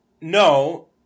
No